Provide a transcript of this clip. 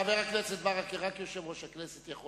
חבר הכנסת ברכה, רק יושב-ראש הכנסת יכול